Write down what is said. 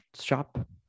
shop